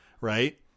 Right